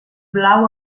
blau